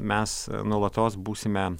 mes nuolatos būsime